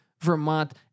Vermont